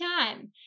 time